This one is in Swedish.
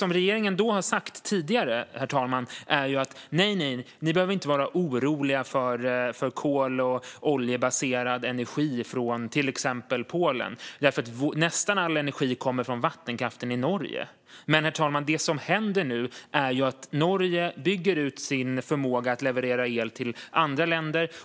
Det regeringen har sagt tidigare är: Nej, nej, ni behöver inte vara oroliga för kol och oljebaserad energi från till exempel Polen, för nästan all energi kommer från vattenkraften i Norge. Men, herr talman, det som händer nu är att Norge bygger ut sin förmåga att leverera el till andra länder.